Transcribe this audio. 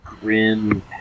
grim